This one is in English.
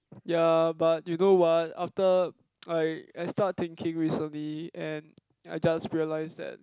ya but you know what after I I start thinking recently and I just realised that